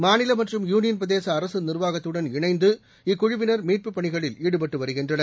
மாநில மற்றும் யூனியன்பிரதேச அரசு நிர்வாகத்துடன் இணைந்து இக்குழுவினர் மீட்பு பணிகளில் ஈடுபட்டு வருகின்றனர்